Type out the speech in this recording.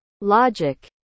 logic